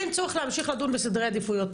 אין צורך להמשיך לדון בסדרי עדיפויות.